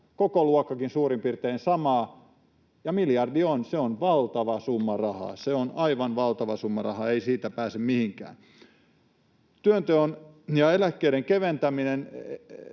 kokoluokkakin on suurin piirtein samaa. Miljardi on valtava summa rahaa — se on aivan valtava summa rahaa, ei siitä pääse mihinkään. Työnteon ja eläkkeiden keventäminen,